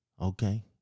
Okay